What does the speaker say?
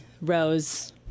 rose